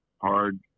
hard